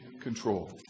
control